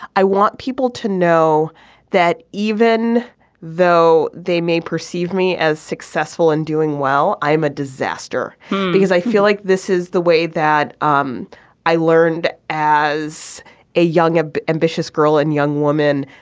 i want people to know that even though they may perceive me as successful and doing well i am a disaster because i feel like this is the way that um i learned as a young ah ambitious girl and young woman.